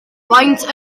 faint